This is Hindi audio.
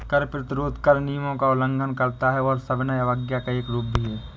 कर प्रतिरोध कर नियमों का उल्लंघन करता है और सविनय अवज्ञा का एक रूप भी है